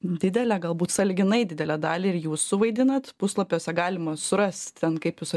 didelę galbūt sąlyginai didelę dalį ir jūs suvaidinat puslapiuose galima surast ten kaip jūs